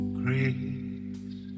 grace